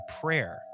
prayer